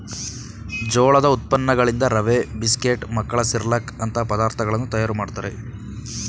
ಜೋಳದ ಉತ್ಪನ್ನಗಳಿಂದ ರವೆ, ಬಿಸ್ಕೆಟ್, ಮಕ್ಕಳ ಸಿರ್ಲಕ್ ಅಂತ ಪದಾರ್ಥಗಳನ್ನು ತಯಾರು ಮಾಡ್ತರೆ